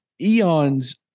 eons